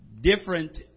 different